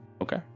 Okay